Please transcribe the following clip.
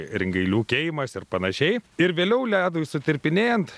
ringailių keimas ir panašiai ir vėliau ledui sutirpinėjant